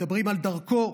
מדברים על דרכו,